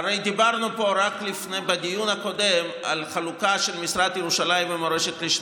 הרי דיברנו פה בדיון הקודם על חלוקה של משרד ירושלים ומורשת לשניים.